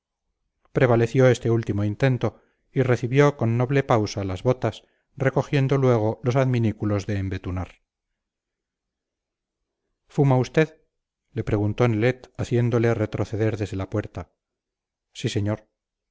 prevaleció este último intento y recibió con noble pausa las botas recogiendo luego los adminículos de embetunar fuma usted le preguntó nelet haciéndole retroceder desde la puerta sí señor